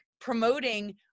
promoting